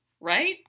right